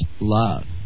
love